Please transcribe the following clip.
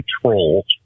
controls